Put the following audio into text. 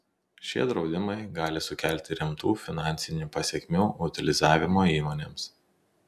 šie draudimai gali sukelti rimtų finansinių pasekmių utilizavimo įmonėms